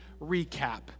recap